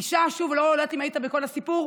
אני לא יודעת אם היית בכל הסיפור,